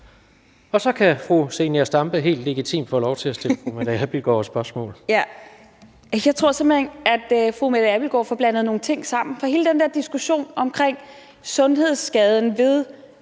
Så kan fru Zenia Stampe helt legitimt få lov til at stille fru Mette Abildgaard spørgsmål. Kl. 17:28 Zenia Stampe (RV): Jeg tror simpelt hen, at fru Mette Abildgaard får blandet nogle ting sammen. For hele den der diskussion om det sundhedsskadelige